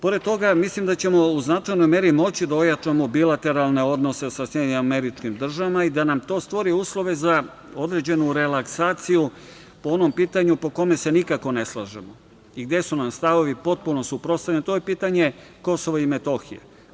Pored toga, mislim da ćemo u značajnoj meri moći da ojačamo bilateralne odnose sa SAD i da nam to stvori uslove za određenu relaksaciju po onom pitanju po kome se nikako ne slažemo i gde su nam stavovi potpuno suprotstavljeni, a to je pitanje Kosova i Metohije.